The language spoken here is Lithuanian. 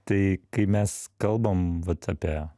tai kai mes kalbam vat apie